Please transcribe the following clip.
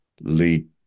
lead